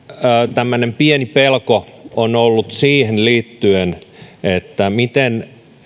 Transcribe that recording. tämmöinen pieni pelko on ollut siihen liittyen että miten